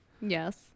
Yes